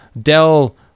Dell